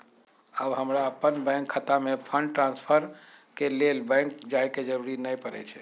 अब हमरा अप्पन बैंक खता में फंड ट्रांसफर के लेल बैंक जाय के जरूरी नऽ परै छइ